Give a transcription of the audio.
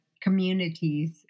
communities